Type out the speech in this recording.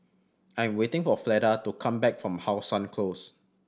I am waiting for Fleda to come back from How Sun Close